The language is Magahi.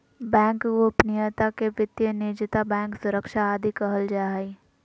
बैंक गोपनीयता के वित्तीय निजता, बैंक सुरक्षा आदि कहल जा हइ